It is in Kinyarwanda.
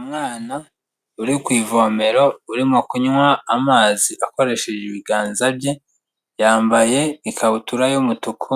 Umwana uri ku ivomero, urimo kunywa amazi akoresheje ibiganza bye, yambaye ikabutura y'umutuku